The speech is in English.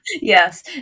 Yes